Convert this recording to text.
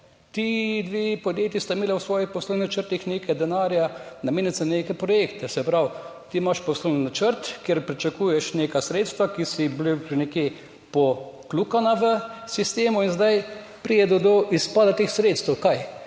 Ti dve podjetji sta imeli v svojih poslovnih načrtih nekaj denarja, namenjenega za neke projekte. Se pravi, ti imaš poslovni načrt, kjer pričakuješ neka sredstva, ki so bila nekje obkljukana v sistemu, in zdaj pride do izpada teh sredstev. Kaj